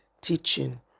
teaching